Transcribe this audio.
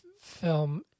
film